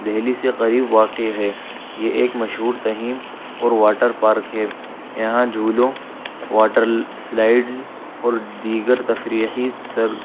دہلی سے قریب واقع ہے یہ ایک مشہور تہیم اور واٹر پارک ہے یہاں جھولوں واٹر سلائڈز اور دیگر تفریحی سر